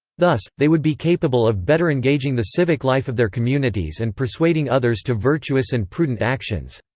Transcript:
thus, they would be capable of better engaging the civic life of their communities and persuading others to virtuous and prudent actions.